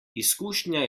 izkušnja